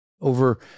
over